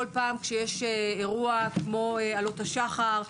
בכל פעם כשיש אירוע כמו "עלות השחר"